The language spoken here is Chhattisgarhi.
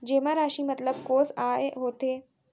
जेमा राशि मतलब कोस आय होथे?